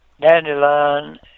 Dandelion